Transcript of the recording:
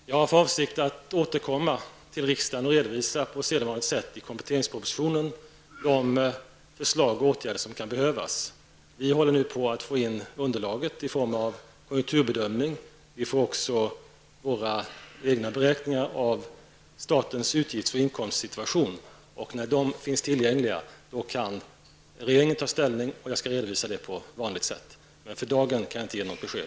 Herr talman! Jag har för avsikt att återkomma till riksdagen och på sedvanligt sätt i kompletteringspropositionen redovisa de förslag och åtgärder som kan behövas. Vi håller nu på att få in underlag i form av konjunkturbedömning. Vi får också våra egna beräkningar av statens utgifts och inkomstsituation. När detta material finns tillgängligt kan regeringen ta ställning, och jag skall alltså redovisa det på vanligt sätt. Men för dagen kan jag inte ge något besked.